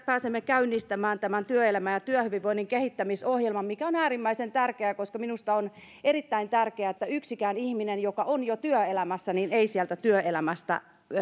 pääsemme käynnistämään myöskin tämän työelämän ja työhyvinvoinnin kehittämisohjelman mikä on äärimmäisen tärkeää koska minusta on erittäin tärkeää että yksikään ihminen joka on jo työelämässä ei sieltä työelämästä